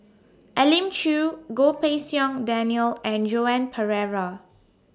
Elim Chew Goh Pei Siong Daniel and Joan Pereira